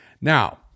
Now